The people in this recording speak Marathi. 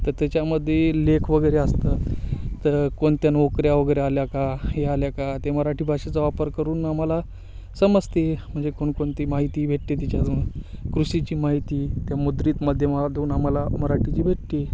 त त्याच्यामध्ये लेख वगैरे असतात कोणत्या नोकऱ्या वगैरे आल्या का हे आल्या का ते मराठी भाषेचा वापर करून आम्हाला समजते म्हणजे कोणकोणती माहिती भेटते तिच्यातून कृषीची माहिती त्या मुद्रित माध्यमातून आम्हाला मराठीची भेटते